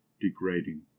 degrading